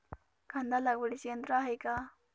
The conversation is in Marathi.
कांदा लागवडीचे यंत्र आहे का?